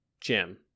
Jim